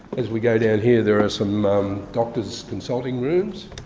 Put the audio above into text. as we go down here there are some doctors' consulting rooms.